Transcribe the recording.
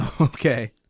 okay